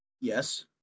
Yes